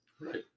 Right